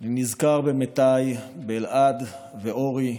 אני נזכר במתיי, באלעד ואורי,